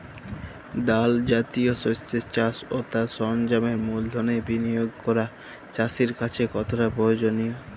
ডাল জাতীয় শস্যের চাষ ও তার সরঞ্জামের মূলধনের বিনিয়োগ করা চাষীর কাছে কতটা প্রয়োজনীয়?